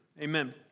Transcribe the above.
Amen